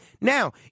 Now